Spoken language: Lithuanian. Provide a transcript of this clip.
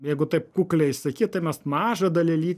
jeigu taip kukliai sakyt tai mes mažą dalelytę